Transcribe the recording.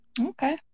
Okay